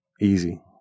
Easy